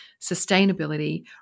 sustainability